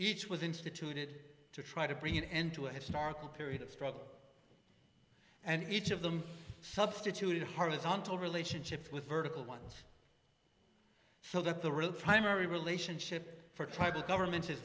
each was instituted to try to bring an end to a historical period of struggle and each of them substituted horizontal relationships with vertical ones so that the real primary relationship for tribal governments is